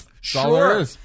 Sure